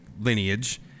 lineage